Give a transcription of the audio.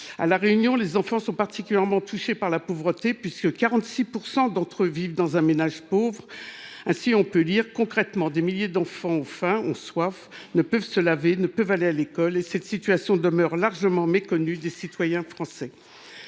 À La Réunion, les enfants sont particulièrement touchés par la pauvreté : 46 % d’entre eux vivent dans un ménage pauvre. Ainsi est il indiqué, dans un rapport de l’Unicef intitulé :« Concrètement, des milliers d’enfants ont faim, ont soif, ne peuvent se laver, ne peuvent aller à l’école… et cette situation demeure largement méconnue des citoyens français.